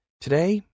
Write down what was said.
Today